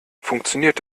funktioniert